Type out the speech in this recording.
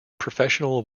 professional